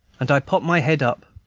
and i pop my head up.